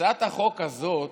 הצעת החוק הזאת